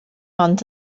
ond